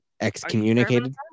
excommunicated